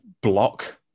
block